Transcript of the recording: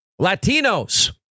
Latinos